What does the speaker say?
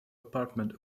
apartment